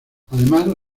además